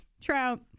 trout